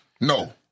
No